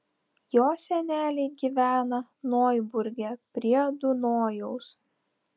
jo seneliai gyvena noiburge prie dunojaus